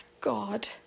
God